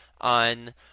on